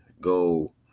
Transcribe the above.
go